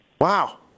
Wow